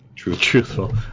truthful